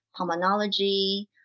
pulmonology